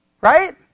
Right